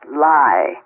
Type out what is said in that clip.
lie